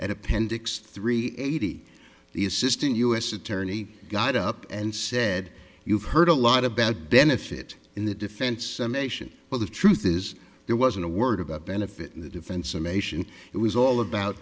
at appendix three eighty the assistant u s attorney got up and said you've heard a lot about benefit in the defense nation but the truth is there wasn't a word about benefit the defense or mason it was all about